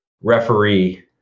referee